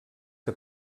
que